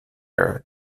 era